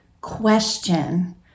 question